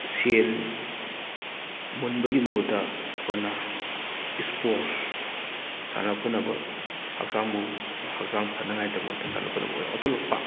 ꯁꯦꯟ ꯃꯨꯟꯕꯒꯤ ꯃꯍꯨꯠꯇ ꯑꯩꯈꯣꯏꯅ ꯏꯁꯄꯣꯔꯠꯁ ꯁꯥꯟꯅ ꯈꯣꯠꯅꯕ ꯍꯛꯆꯥꯡꯕꯨ ꯍꯛꯆꯥꯡ ꯐꯅꯉꯥꯏꯗꯃꯛꯇ ꯁꯥꯟꯅ ꯈꯣꯠꯅꯕ ꯑꯣꯏꯅ ꯑꯣꯟꯊꯣꯛꯂꯛꯄ